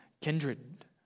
kindred